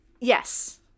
Yes